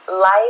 Life